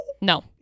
No